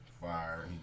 fire